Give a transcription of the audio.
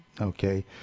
okay